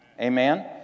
Amen